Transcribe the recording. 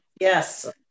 Yes